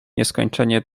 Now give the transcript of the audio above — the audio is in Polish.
nieskończenie